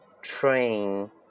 train